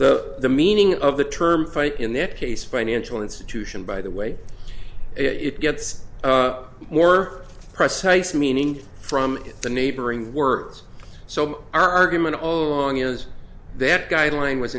the meaning of the term fight in this case financial institution by the way it gets more precise meaning from the neighboring words so our argument all along is that guideline was